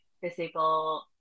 physical